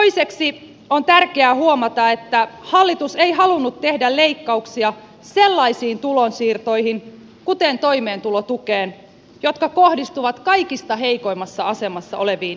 toiseksi on tärkeää huomata että hallitus ei halunnut tehdä leikkauksia sellaisiin tulonsiirtoihin kuten toimeentulotukeen jotka kohdistuvat kaikista heikoimmassa asemassa oleviin ihmisiin